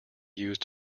use